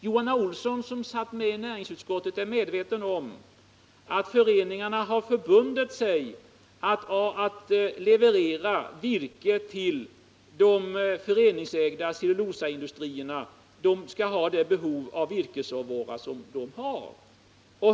Johan Olsson, som satt med i näringsutskottet, är medveten om att föreningarna har förbundit sig att leverera virke till de föreningsägda cellulosaindustrierna. De skall ha sitt behov av virkesråvara tillgodosett.